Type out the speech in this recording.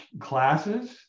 classes